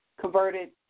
converted